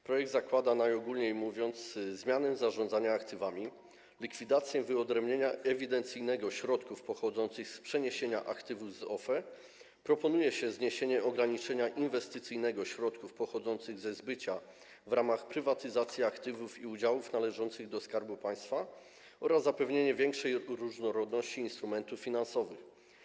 Projekt zakłada, najogólniej mówiąc, zmiany w zarządzaniu aktywami, likwidację wyodrębnienia ewidencyjnego środków pochodzących z przeniesienia aktywów z OFE, proponuje się zniesienie ograniczenia inwestycyjnego środków pochodzących ze zbycia w ramach prywatyzacji aktywów i udziałów należących do Skarbu Państwa oraz zapewnienie większej różnorodności instrumentów finansowych.